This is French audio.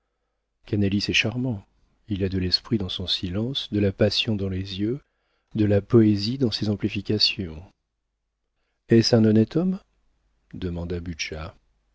est charmant il a de l'esprit dans son silence de la passion dans les yeux de la poésie dans ses amplifications est-ce un honnête homme demanda